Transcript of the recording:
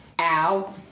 Ow